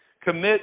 commit